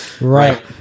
right